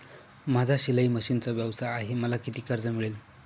माझा शिलाई मशिनचा व्यवसाय आहे मला किती कर्ज मिळेल?